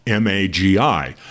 MAGI